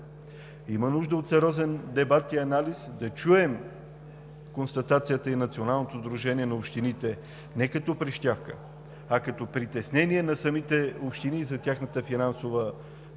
Има нужда от сериозен дебат и анализ, да чуем констатацията и на Националното сдружение на общините не като прищявка, а като притеснение на самите общини за тяхната финансова